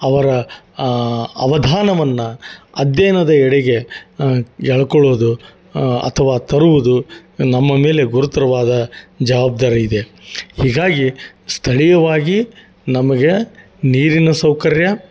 ಅವರ ಅವಧಾನವನ್ನ ಅಧ್ಯಯನದ ಎಡೆಗೆ ಎಳ್ಕೊಳ್ಳೋದು ಅಥವಾ ತರುವುದು ನಮ್ಮ ಮೇಲೆ ಗುರುತ್ರವಾದ ಜವಾಬ್ದಾರಿ ಇದೆ ಹೀಗಾಗಿ ಸ್ಥಳೀಯವಾಗಿ ನಮಗೆ ನೀರಿನ ಸೌಕರ್ಯ